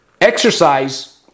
exercise